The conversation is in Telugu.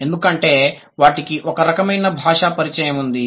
ఎందుకంటే వాటికి ఒక రకమైన భాషా పరిచయం ఉంది